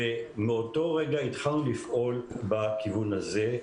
מאותו רגע התחלנו לפעול בכיוון הזה.